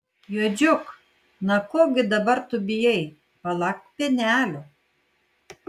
juodžiuk na ko gi dabar tu bijai palak pienelio